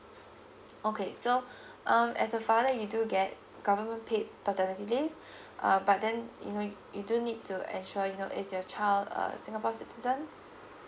okay so um as a father you do get government paid paternity leave uh but then you know you do need to ensure you know is your child a singapore citizen